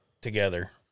together